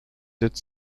its